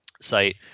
site